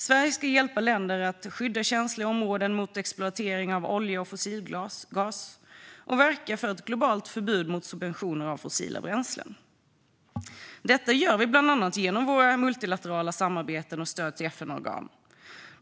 Sverige ska hjälpa länder att skydda känsliga områden mot exploatering av olja och fossilgas och verka för ett globalt förbud mot subventioner av fossila bränslen. Detta gör vi bland annat genom våra multilaterala samarbeten och genom stöd till FN-organ.